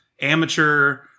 amateur